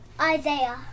Isaiah